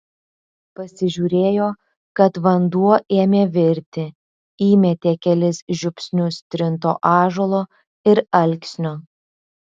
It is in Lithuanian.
pasižiūrėjo kad vanduo ėmė virti įmetė kelis žiupsnius trinto ąžuolo ir alksnio